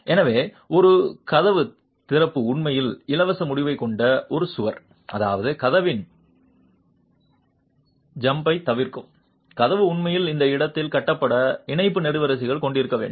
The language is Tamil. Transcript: எனவே ஒரு கதவு திறப்பு உண்மையில் இலவச முடிவைக் கொண்ட ஒரு சுவர் அதாவது கதவின் ஜம்பைத் திறக்கும் கதவு உண்மையில் அந்த இடத்தில் கட்டப்பட்ட இணைப்பு நெடுவரிசையைக் கொண்டிருக்க வேண்டும்